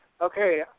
Okay